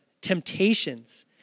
temptations